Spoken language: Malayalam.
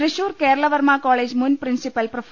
തൃശൂർ കേരളവർമ്മ കോളേജ് മുൻ പ്രിൻസിപ്പൽ പ്രൊഫ